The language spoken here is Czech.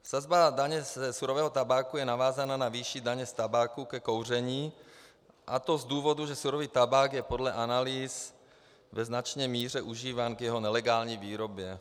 Sazba daně ze surového tabáku je navázána na výši daně z tabáku ke kouření, a to z důvodu, že surový tabák je podle analýz ve značné míře užíván k jeho nelegální výrobě.